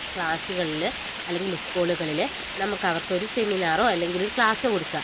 ക്ലാസുകളിൽ അല്ലെങ്കിൽ സ്കൂളുകളിൽ നമുക്ക് അവർക്ക് ഒരു സെമിനാറോ അല്ലെങ്കിലൊരു ക്ലാസോ കൊടുക്കാം